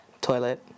Toilet